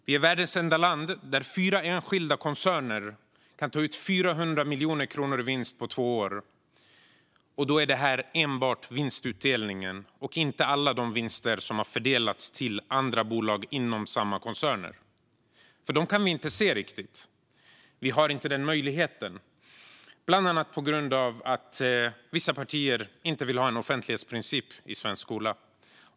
Vi är världens enda land där fyra enskilda koncerner kan ta ut 400 miljoner kronor i vinst på två år. Då är det enbart vinstutdelningen och inte alla de vinster som har fördelats till andra bolag inom samma koncerner. Dem kan vi inte riktigt se. Vi har inte den möjligheten. Det är bland annat på grund av att vissa partier inte vill ha en offentlighetsprincip i svensk skola.